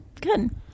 Good